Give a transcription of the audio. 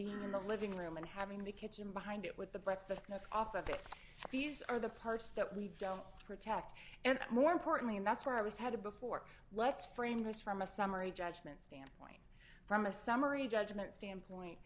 being in the living room and having the kitchen behind it with the breakfast office these are the parts that we don't protect and more importantly and that's where i was headed before let's frame this from a summary judgment still from a summary judgment standpoint